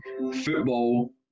football